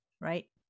right